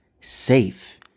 Safe